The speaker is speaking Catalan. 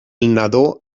nadó